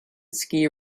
ski